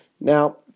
Now